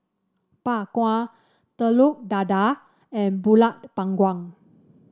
Bak Kwa Telur Dadah and pulut panggang